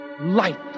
Light